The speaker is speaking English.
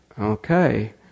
okay